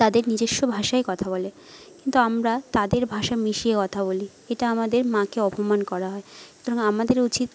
তাদের নিজস্ব ভাষায় কথা বলে কিন্তু আমরা তাদের ভাষা মিশিয়ে কথা বলি এটা আমাদের মাকে অপমান করা হয় আমাদের উচিত